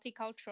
multicultural